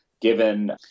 given